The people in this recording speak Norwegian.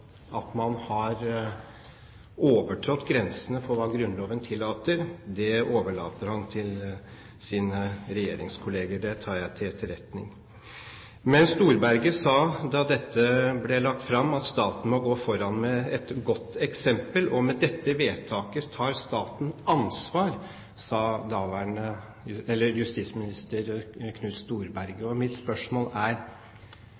at man har overtrådt grensene for hva Grunnloven tillater, overlater han til sine regjeringskolleger. Det tar jeg til etterretning. Men Storberget sa da dette ble lagt fram, at staten må gå foran med et godt eksempel. «Med dette vedtaket tar staten ansvar», sa